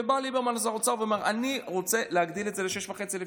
ובא ליברמן שר האוצר ואמר: אני רוצה להגדיל את זה ל-6,500 שקל.